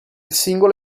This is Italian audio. singolo